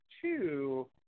two